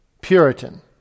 Puritan